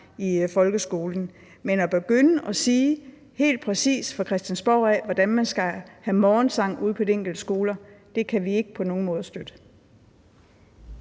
i folkeskolen. Men at begynde at sige helt præcist fra Christiansborg af, hvordan man skal have morgensang ude på de enkelte skoler, kan vi ikke på nogen måde støtte.